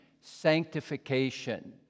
sanctification